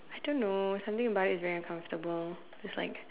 I don't know something about is very uncomfortable is like